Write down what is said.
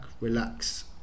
relax